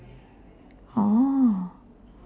oh